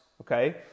okay